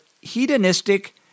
hedonistic